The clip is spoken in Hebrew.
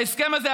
בהסכם הזה,